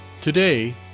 Today